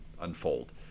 unfold